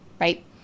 right